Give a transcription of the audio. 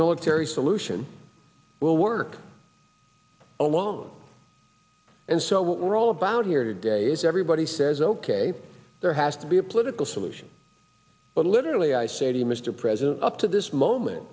military solution will work alone and so we're all about here today is everybody says ok there has to be a political solution but literally i say to you mr president up to this moment